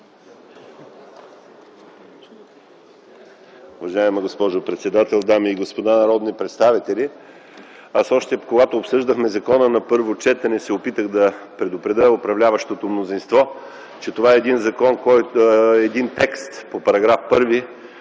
Уважаема госпожо председател, дами и господа народни представители! Аз, още когато обсъждахме закона на първо четене, се опитах да предупредя управляващото мнозинство, че това е един текст по § 1,